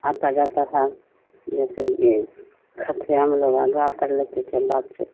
آتا جاتا تھا جیسے کہ خط سے ہم لوگ آگاہ کر لیتے تھے بات چیت